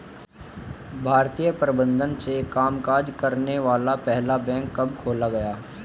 भारतीय प्रबंधन से कामकाज करने वाला पहला बैंक कब खोला गया?